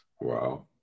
wow